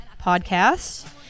podcast